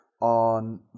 on